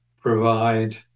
provide